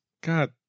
God